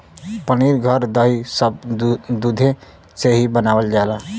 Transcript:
पनीर घी दही सब दुधे से ही बनावल जाला